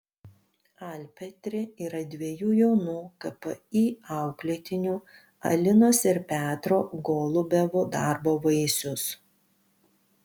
alpetri yra dviejų jaunų kpi auklėtinių alinos ir petro golubevų darbo vaisius